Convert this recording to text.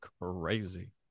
crazy